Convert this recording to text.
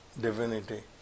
divinity